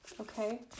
okay